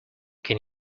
can